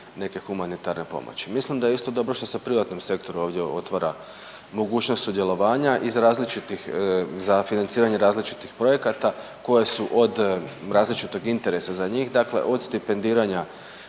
neke humanitarne pomoći. Mislim da je isto dobro što se privatnom sektoru ovdje otvara mogućnost sudjelovanja iz različitih, za financiranje različitih projekata koje su od različitog interesa za njih, dakle od stipendiranja